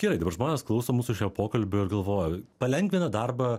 gerai dabar žmonės klauso mūsų šio pokalbio ir galvoja palengvina darbą